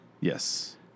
Yes